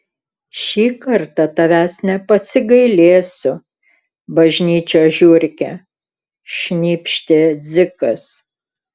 šį kartą tavęs nepasigailėsiu bažnyčios žiurke šnypštė dzikas